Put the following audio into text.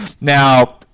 Now